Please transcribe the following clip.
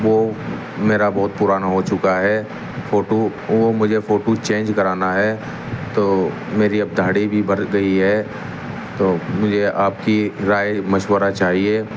وہ میرا بہت پرانا ہو چکا ہے فوٹو وہ مجھے فوٹو چینج کرانا ہے تو میری اب داڑھی بھی بڑھ گئی ہے تو مجھے آپ کی رائے مشورہ چاہیے